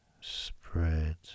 Spread